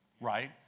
right